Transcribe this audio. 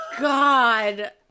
God